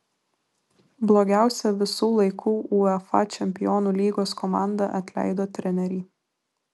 blogiausia visų laikų uefa čempionų lygos komanda atleido trenerį